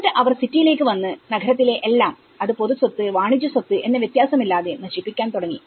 എന്നിട്ട് അവർ സിറ്റിയിലേക്ക് വന്ന് നഗരത്തിലെ എല്ലാം അത് പൊതുസ്വത്ത് വാണിജ്യ സ്വത്ത് എന്ന വ്യത്യാസം ഇല്ലാതെ നശിപ്പിക്കാൻ തുടങ്ങി